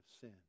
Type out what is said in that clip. sin